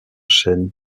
chêne